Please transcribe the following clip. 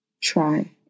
try